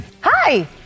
Hi